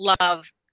love